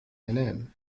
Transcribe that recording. أنام